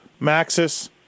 Maxis